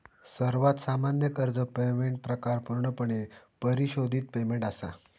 सर्वात सामान्य कर्ज पेमेंट प्रकार पूर्णपणे परिशोधित पेमेंट असा